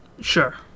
Sure